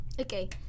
Okay